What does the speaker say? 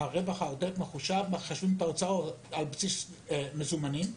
הרווח העודף מחושב על בסיס מזומנים,